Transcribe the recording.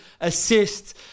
assists